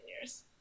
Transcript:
years